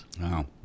Wow